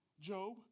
Job